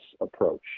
approach